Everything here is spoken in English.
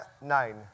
nine